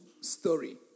story